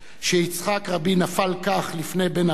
שיצחק רבין נפל כך לפני בן עוולה,